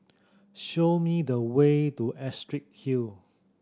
show me the way to Astrid Hill